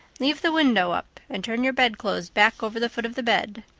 leave the window up and turn your bedclothes back over the foot of the bed.